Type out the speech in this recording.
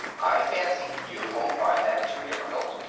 i fancy you won't find that too difficult.